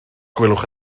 gwelwch